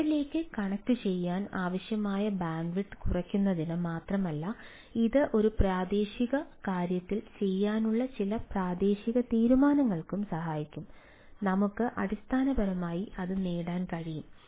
ക്ലൌഡിലേക്ക് കണക്റ്റുചെയ്യാൻ ആവശ്യമായ ബാൻഡ്വിഡ്ത്ത് കുറയ്ക്കുന്നതിന് മാത്രമല്ല ഇത് ഒരു പ്രാദേശിക കാര്യത്തിൽ ചെയ്യാവുന്ന ചില പ്രാദേശിക തീരുമാനങ്ങൾക്കും സഹായിക്കും നമുക്ക് അടിസ്ഥാനപരമായി അത് നേടാൻ കഴിയും